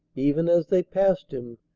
even as they passed him,